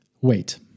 Wait